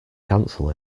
cancel